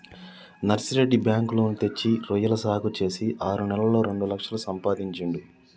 Narsireddy bank loan తెచ్చి రొయ్యల సాగు చేసి ఆరు నెలల్లోనే రెండు లక్షలు సంపాదించిండు